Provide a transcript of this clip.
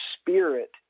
spirit